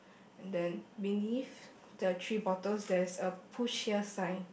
and then beneath the three bottles there's a push here sign